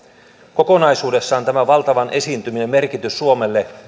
kokonaisuudessaan tämän valtavan esiintymän merkitys suomelle